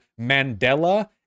Mandela